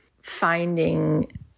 finding